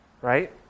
right